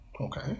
Okay